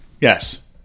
Yes